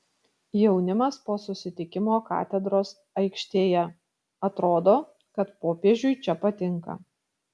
jaunimas po susitikimo katedros aikštėje atrodo kad popiežiui čia patinka